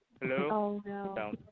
Hello